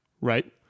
Right